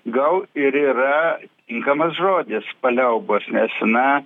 gal ir yra tinkamas žodis paliaubos nes na